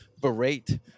berate